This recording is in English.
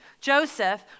joseph